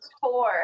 four